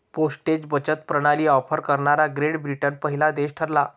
postage बचत प्रणाली offer करणारा ग्रेट ब्रिटन पहिला देश ठरला